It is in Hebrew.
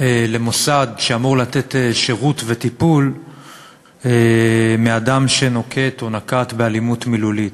למוסד שאמור לתת שירות וטיפול מאדם שנוקט או נקט אלימות מילולית.